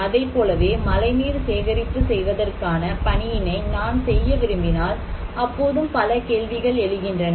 அதைப்போலவே மழைநீர் சேகரிப்பு செய்வதற்கான பணியினை நான் செய்ய விரும்பினால் அப்போதும் பல கேள்விகள் எழுகின்றன